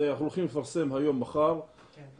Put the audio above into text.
אנחנו הולכים לפרסם היום או מחר דוח